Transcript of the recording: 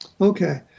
Okay